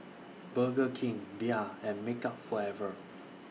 Burger King Bia and Makeup Forever